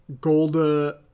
Golda